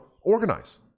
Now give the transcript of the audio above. organize